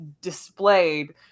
displayed